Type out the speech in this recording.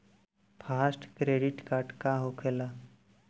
Fast credit का होखेला?